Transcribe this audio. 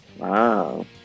Wow